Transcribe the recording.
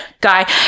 guy